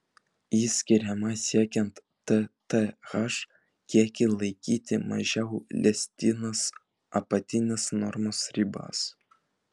ji skiriama siekiant tth kiekį laikyti mažiau leistinos apatinės normos ribos